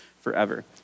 forever